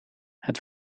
het